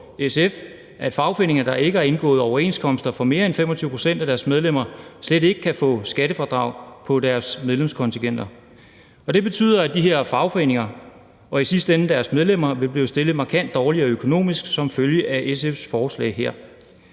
SF, at fagforeninger, der ikke har indgået overenskomster for mere end 25 pct. af deres medlemmer, slet ikke skal kunne få skattefradrag for deres medlemskontingenter. Det betyder, at de her fagforeninger og i sidste ende deres medlemmer vil blive stillet markant dårligere økonomisk som følge af SF's forslag her.